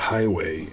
Highway